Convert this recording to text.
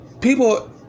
People